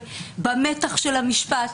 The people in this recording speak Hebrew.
במתח של המשפט.